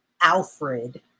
Alfred